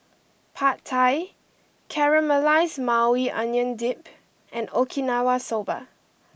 Pad Thai Caramelized Maui Onion Dip and Okinawa Soba